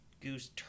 Goose